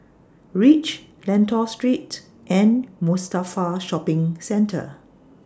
REACH Lentor Street and Mustafa Shopping Centre